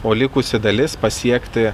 o likusi dalis pasiekti